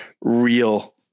real